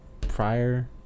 prior